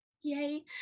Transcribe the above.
yay